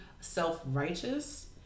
self-righteous